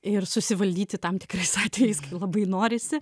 ir susivaldyti tam tikrais atvejais kai labai norisi